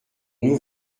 ouvre